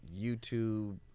YouTube